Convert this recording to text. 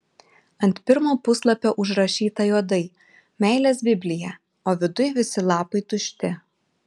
ant pirmo puslapio užrašyta juodai meilės biblija o viduj visi lapai tušti